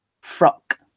frock